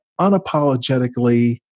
unapologetically